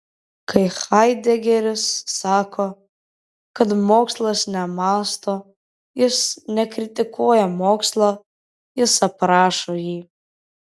kai haidegeris sako kad mokslas nemąsto jis nekritikuoja mokslo jis aprašo jį